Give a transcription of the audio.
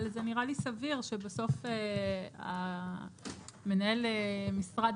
אבל זה נראה לי סביר שבסוף מנהל משרד